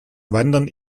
wandern